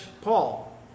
Paul